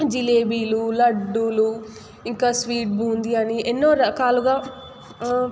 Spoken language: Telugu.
జిలేబీలు లడ్డులు ఇంకా స్వీట్ బూంది అని ఎన్నో రకాలుగా